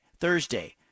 Thursday